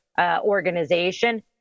organization